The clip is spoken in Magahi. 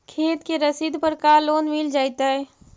खेत के रसिद पर का लोन मिल जइतै?